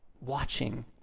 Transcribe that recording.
watching